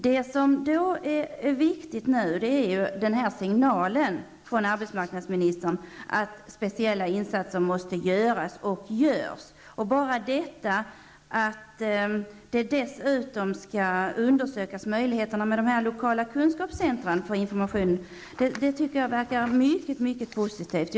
Det som är viktigt nu är signalen från arbetsmarknadsministern att speciella insatser måste göras och görs. Bara detta att förutsättningarna skall undersökas att inrätta lokala kunskapscentra för information tycker jag verkar vara mycket mycket positivt.